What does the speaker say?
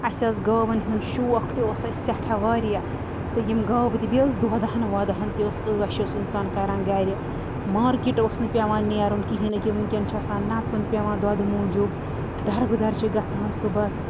اسہِ آسہٕ گاوَن ہُنٛد شوق تہِ اوس اسہِ سٮ۪ٹھاہ واریاہ تہٕ یِم گاوٕ تہِ بیٚیہِ اوس دۄدھ ہان وۄدھ ہان تہِ ٲس عٲش اوس اِنسان کَران گھرِ مارکیٚٹ اوس نہٕ پیٚوان نیرُن کِہیٖنۍ أکہِ وُنٛکیٚن چھُ آسان نَژُن پیٚوان دۄدھٕ موٗجوٗب دَر بہٕ دَر چھِ گَژھان صُبحَس